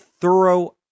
thorough